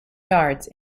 yards